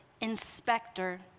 inspector